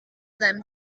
them